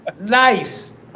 Nice